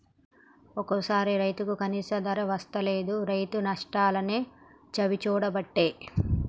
ఒక్కోసారి రైతుకు కనీస ధర వస్తలేదు, రైతు నష్టాలనే చవిచూడబట్టే